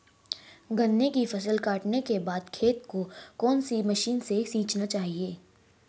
गन्ने की फसल काटने के बाद खेत को कौन सी मशीन से सींचना चाहिये?